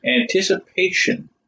Anticipation